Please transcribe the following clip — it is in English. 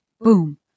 boom